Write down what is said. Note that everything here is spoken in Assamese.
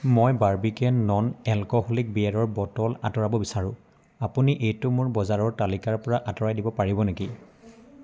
মই বাৰ্বিকেন নন এলকহলিক বিয়েৰৰ বটল আঁতৰাব বিচাৰোঁ আপুনি এইটো মোৰ বজাৰৰ তালিকাৰ পৰা আঁতৰাই দিব পাৰিব নেকি